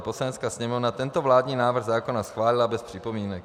Poslanecká sněmovna tento vládní návrh zákona schválila bez připomínek.